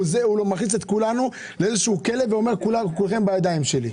הוא מכניס את כולנו לאיזשהו כלא ואומר שכולכם בידיים שלי.